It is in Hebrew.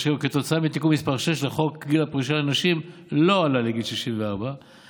וכתוצאה מתיקון מס' 6 לחוק גיל הפרישה לנשים לא עלה לגיל 64 ונקבע,